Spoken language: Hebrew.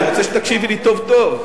אני רוצה שתקשיבי לי טוב טוב.